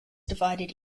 divided